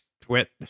twit